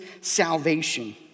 salvation